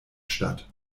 statt